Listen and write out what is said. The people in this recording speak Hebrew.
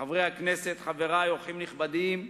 חברי הכנסת, חברי, אורחים נכבדים,